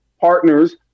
partners